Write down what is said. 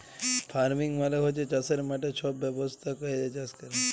farming মালে হছে চাষের মাঠে ছব ব্যবস্থা ক্যইরে চাষ ক্যরা